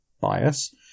Bias